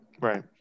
Right